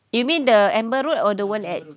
you mean the amber road or the one at